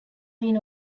been